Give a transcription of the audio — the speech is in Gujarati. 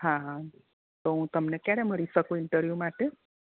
હા હા તો હું તમને ક્યારે મળી શકું ઇન્ટરવ્યૂ માટે